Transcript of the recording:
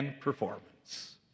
performance